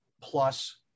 plus